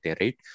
right